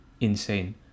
insane